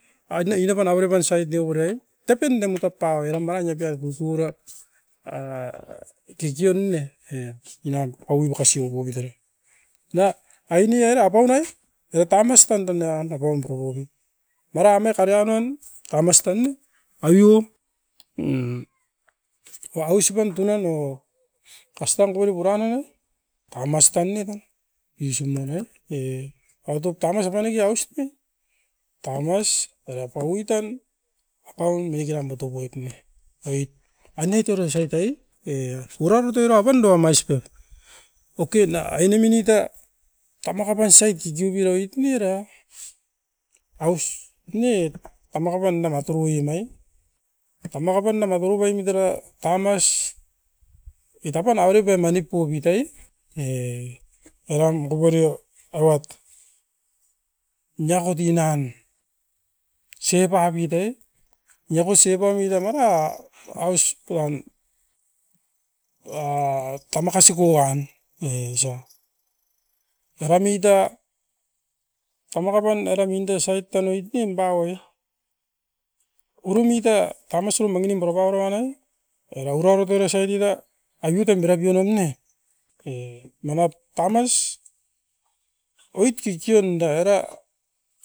Aitne inakan avere pan saitneo barei tapinde muta paue ra maran iapeia tutura era kikion ne e inan paui makasi wokopit era. Na aine era apaunai ora tamas tandan eran papaum purupi, meran ne karianoin tamas tan ne abiup a- ausipan tunan nou kastam okori puran nowi, taumas tan ne tan isum nanai e autop tanis apaneke aus ne tamas era paui tan apaun minekeram butopoit ne. Oit aine otorai saitaii e puratote rapaun duamai sipa, oke na aineminita tamakapan saiti tituibiroit'n era aus ne tamaka pan nama turuinai. Tamaka pan nanga turupaimit era tamas oit apan auripae mana nip pubit ai e, eran koporio awat niakot inan, sepapitae niakosipa muitom era aus poan a tamaka siku wan neiso. Maram muita tamaka pan era muinda suait tanoit nemba oi urumita tamusim manginip purapa roanai era urapit era toit era sait tuita abiutam vera pionem ne e manap tamas, oit kikionda era.